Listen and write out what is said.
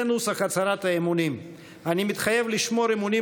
זה נוסח הצהרת האמונים: "אני מתחייב לשמור אמונים